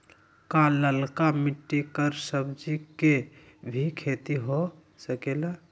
का लालका मिट्टी कर सब्जी के भी खेती हो सकेला?